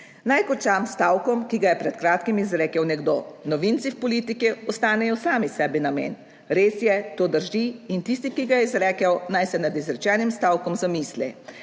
Naj končam s stavkom, ki ga je pred kratkim izrekel nekdo: novinci v politiki ostanejo sami sebi namen. Res je, to drži. In tisti, ki ga je izrekel, naj se nad izrečenim stavkom zamisli.